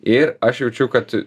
ir aš jaučiu kad